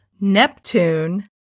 Neptune